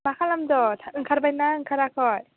मा खालामदो ओंखारबायना ओंखाराखै